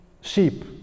sheep